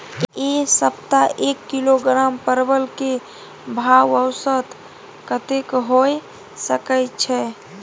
ऐ सप्ताह एक किलोग्राम परवल के भाव औसत कतेक होय सके छै?